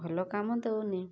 ଭଲ କାମ ଦଉନି